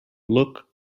look